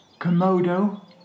Komodo